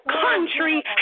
country